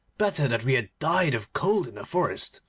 better that we had died of cold in the forest,